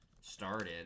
started